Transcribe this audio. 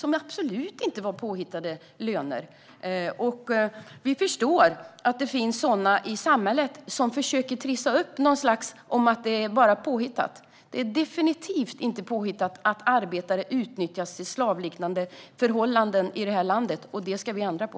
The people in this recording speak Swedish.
De var absolut inte påhittade löner. Vi förstår att det finns de i samhället som försöker trissa upp situationen och hävda att siffrorna är påhittade. Det är definitivt inte påhittat att arbetare utnyttjas i slavliknande förhållanden i det här landet. Det ska vi ändra på.